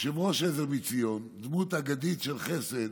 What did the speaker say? יושב-ראש עזר מציון, דמות אגדית של חסד,